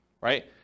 right